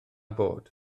bod